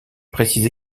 précise